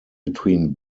between